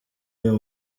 uyu